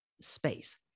space